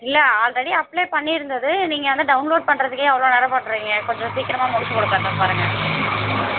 இல்லை already apply பண்ணியிருந்தது நீங்கள் வந்து டவுன்லோட் பண்ணுறதுக்கே அவ்வளோ நேரம் பண்ணுறீங்க கொஞ்சம் சீக்கிரமா முடிச்சு கொடுக்குறதுக்கு பாருங்க